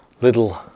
Little